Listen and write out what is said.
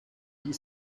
die